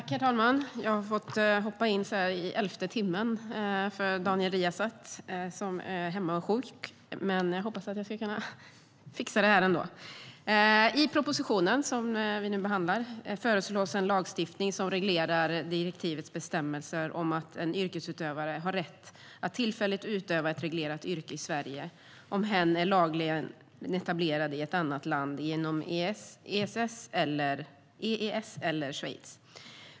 Herr talman! Jag har fått hoppa in så här i elfte timmen för Daniel Riazat eftersom han är hemma och är sjuk. Men jag hoppas att det fixar sig ändå. I propositionen som vi nu behandlar föreslås en lagstiftning som reglerar direktivets bestämmelser om att en yrkesutövare har rätt att tillfälligt utöva ett reglerat yrke i Sverige om hen är lagligen etablerad i ett annat land inom EES eller Schweiz.